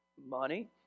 Money